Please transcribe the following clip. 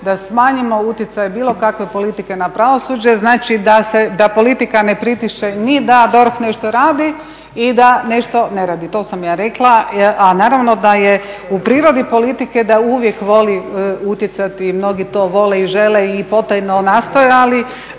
da smanjimo utjecaje bilo kakve politike na pravosuđe, znači da politika ne pritišće ni da DORH nešto radi i da nešto ne radi. To sam ja rekla, a naravno da je u prirodi politike da uvijek voli utjecati, mnogi to vole i žele i potajno nastojali.